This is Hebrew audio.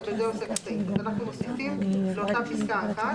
(ב)בפסקה (1),